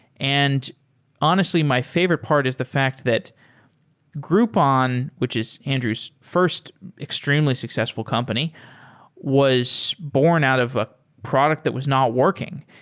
and honestly, my favorite part is the fact that groupon, which is andrew's first extremely successful company was born out of a product that was not working.